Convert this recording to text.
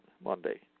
Monday